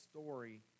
story